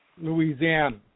Louisiana